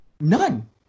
None